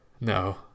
No